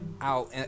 out